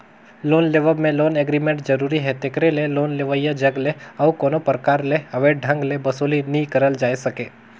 loan लेवब में loan agreement जरूरी हे तेकरे ले लोन लेवइया जग ले अउ कोनो परकार ले अवैध ढंग ले बसूली नी करल जाए सके